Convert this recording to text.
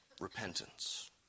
repentance